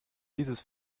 dieses